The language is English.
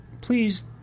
Please